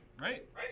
Right